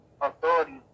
authority